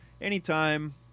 anytime